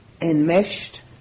enmeshed